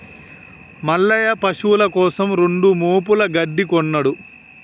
మల్లయ్య పశువుల కోసం రెండు మోపుల గడ్డి కొన్నడు